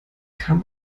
kam